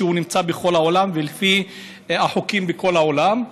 שקיים בכל העולם ולפי החוקים בכל העולם.